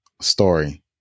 story